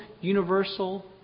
universal